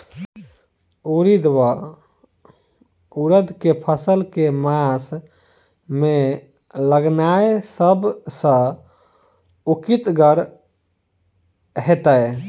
उड़ीद वा उड़द केँ फसल केँ मास मे लगेनाय सब सऽ उकीतगर हेतै?